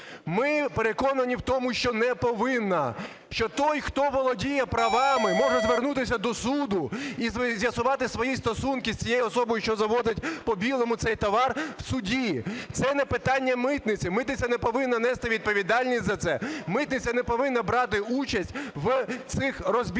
Ми переконані в тому, що не повинна. Що той, хто володіє правами, може звернутися до суду і з'ясувати свої стосунки з цією особою, що завозить по-білому цей товар, в суді. Це не питання митниці. Митниця не повинна нести відповідальність за це. Митниця не повинна брати участь в цих розбірках,